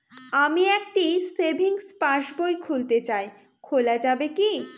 আমি একটি সেভিংস পাসবই খুলতে চাই খোলা যাবে কি?